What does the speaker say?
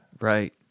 Right